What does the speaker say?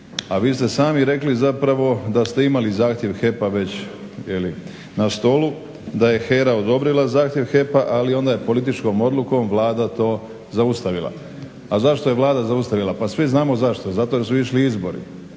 A vi ste sami rekli zapravo da ste imali zahtjev HEP-a već jel' na stolu, da je HERA odobrila zahtjev HEP-a, ali onda je političkom odlukom Vlada to zaustavila. A zašto je Vlada zaustavila? Pa svi znamo zašto, zato jer su išli izbori.